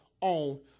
On